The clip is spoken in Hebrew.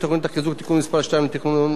תיקון מס' 2 לתוכנית החיזוק,